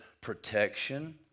protection